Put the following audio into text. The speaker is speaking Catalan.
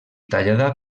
tallada